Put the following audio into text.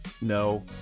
No